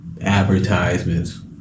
advertisements